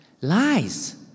Lies